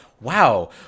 wow